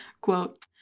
quote